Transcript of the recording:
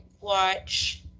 watch